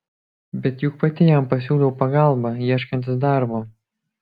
bet juk pati jam pasiūliau pagalbą ieškantis darbo